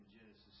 Genesis